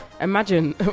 Imagine